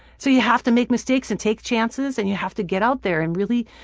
so you have to make mistakes and take chances, and you have to get out there and really.